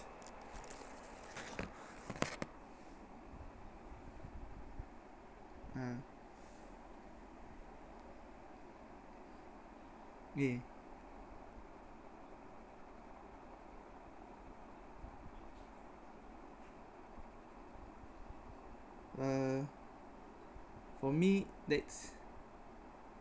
ah okay uh for me that's